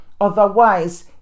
Otherwise